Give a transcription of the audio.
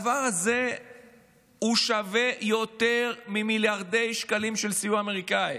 הדבר הזה שווה יותר ממיליארדי שקלים של סיוע אמריקאי.